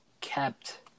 kept